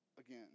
Again